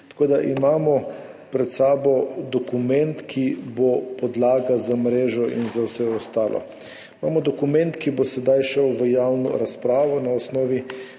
tako da imamo pred sabo dokument, ki bo podlaga za mrežo in za vse ostalo. Imamo dokument, ki bo sedaj šel v javno razpravo. Na osnovi